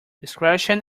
discretion